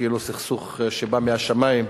כאילו הסכסוך בא מהשמים,